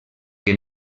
que